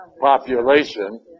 population